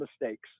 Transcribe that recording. mistakes